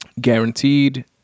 guaranteed